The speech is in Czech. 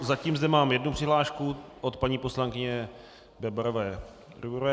Zatím zde mám jednu přihlášku od paní poslankyně Bebarové Rujbrové.